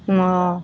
অ'